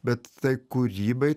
bet tai kūrybai